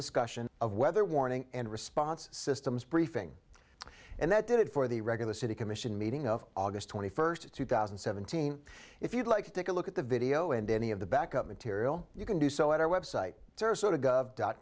discussion of weather warning and response systems briefing and that did it for the regular city commission meeting of august twenty first two thousand and seventeen if you'd like to take a look at the video and any of the backup material you can do so at our website dot